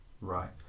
Right